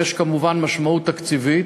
יש כמובן משמעות תקציבית.